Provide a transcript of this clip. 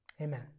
amen